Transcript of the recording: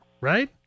right